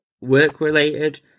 work-related